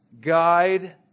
guide